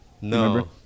No